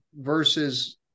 versus